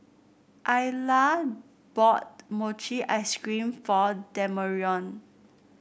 Ayla bought Mochi Ice Cream for Demarion